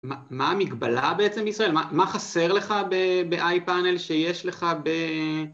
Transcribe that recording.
מה המגבלה בעצם בישראל? מה חסר לך ב-iPanel שיש לך ב...